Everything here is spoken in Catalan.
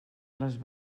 les